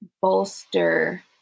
bolster